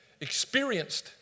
experienced